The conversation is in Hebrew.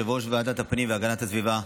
יושב-ראש ועדת הפנים והגנת הסביבה,